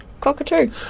cockatoo